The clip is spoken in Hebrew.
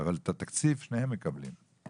אבל שני סוגי הרשויות מקבלים את התקציב.